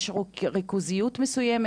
האם יש ריכוזיות מסוימת?